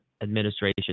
administration